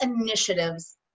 initiatives